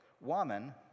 Woman